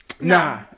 Nah